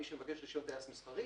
מי שמבקש רישיון טיס מסחרי,